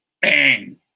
bang